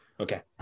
Okay